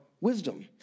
wisdom